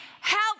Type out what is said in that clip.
help